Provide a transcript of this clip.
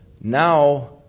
now